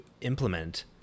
implement